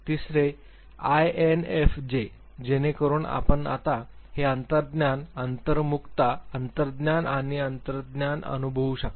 तिसरे आयएनएफजे जेणेकरून आपण आता हे अंतर्ज्ञान अंतर्मुखता अंतर्ज्ञान आणि अंतर्ज्ञान अनुभवू शकता